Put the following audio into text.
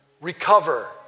Recover